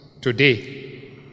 today